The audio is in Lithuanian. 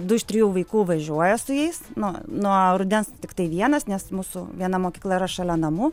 du iš trijų vaikų važiuoja su jais nuo nuo rudens tiktai vienas nes mūsų viena mokykla yra šalia namų